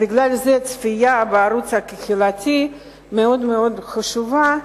לכן הצפייה בערוץ הקהילתי מאוד מאוד חשובה.